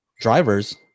drivers